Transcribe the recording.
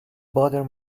butter